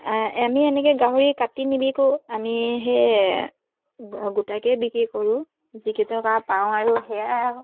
আমি এনেকৈ গাহৰি কাটি নিবিকো আমি সেই গোটাকৈয়ে বিক্ৰী কৰোঁ যিকেইটকা পাওঁ আৰু সেয়া